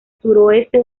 suroeste